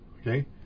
Okay